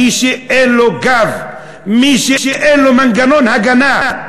מי שאין לו גב, מי שאין לו מנגנון הגנה.